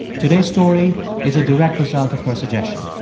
today's story is a direct result of her suggestion.